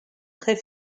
très